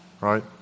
Right